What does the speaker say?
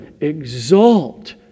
Exalt